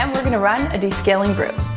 um we're going to run a descaling brew.